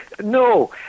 No